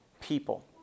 people